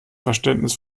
verständnis